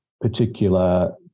particular